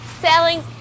selling